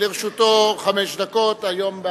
ולרשותו חמש דקות, היום,